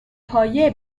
پایه